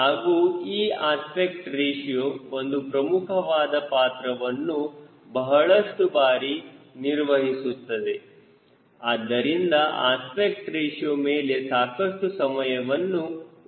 ಹಾಗೂ ಈ aspect ratio ಒಂದು ಪ್ರಮುಖವಾದ ಪಾತ್ರವನ್ನು ಬಹಳಷ್ಟು ಬಾರಿ ನಿರ್ವಹಿಸುತ್ತದೆ ಆದ್ದರಿಂದ ಅಸ್ಪೆಕ್ಟ್ ರೇಶಿಯೋ ಮೇಲೆ ಸಾಕಷ್ಟು ಸಮಯವನ್ನು ಉಪಯೋಗಿಸಿದ್ದೇವೆ